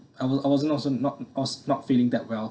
I was I wasn't not not not feeling that well